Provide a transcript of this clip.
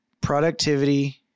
productivity